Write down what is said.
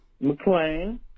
McLean